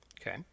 Okay